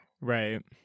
Right